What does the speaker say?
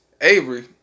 Avery